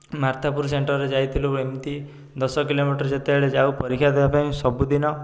ମାର୍ଥାପୁରୁ centre ଯାଇଥିଲୁ ଏମିତି ଦଶ କିଲୋମିଟର୍ ଯେତେବେଳେ ଯାଉ ପରୀକ୍ଷା ଦେବା ପାଇଁ ସବୁଦିନ